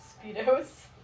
Speedos